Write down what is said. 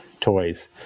toys